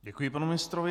Děkuji panu ministrovi.